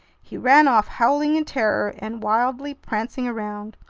he ran off, howling in terror and wildly prancing around.